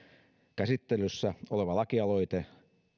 käsittelyssä oleva lakialoite